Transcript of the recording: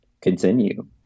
continue